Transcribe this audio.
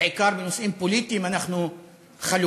בעיקר בנושאים פוליטיים אנחנו חלוקים,